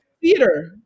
theater